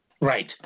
Right